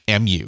MU